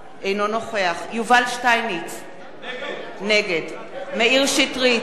אינו נוכח יובל שטייניץ, נגד מאיר שטרית,